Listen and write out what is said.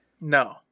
No